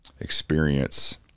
experience